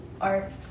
Art